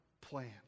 plan